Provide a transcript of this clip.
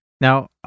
now